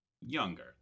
younger